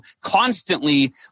constantly